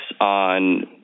on